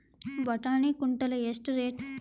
ಬಟಾಣಿ ಕುಂಟಲ ಎಷ್ಟು ರೇಟ್?